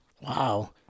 Wow